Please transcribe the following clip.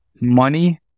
money